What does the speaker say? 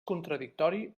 contradictori